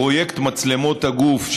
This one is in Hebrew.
פרויקט מצלמות הגוף,